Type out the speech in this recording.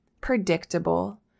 predictable